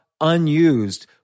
unused